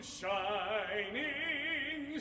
shining